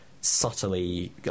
subtly